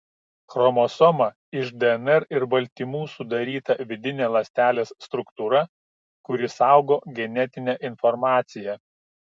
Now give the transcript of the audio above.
chromosoma iš dnr ir baltymų sudaryta vidinė ląstelės struktūra kuri saugo genetinę informaciją